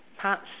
parts